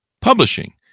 publishing